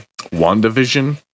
WandaVision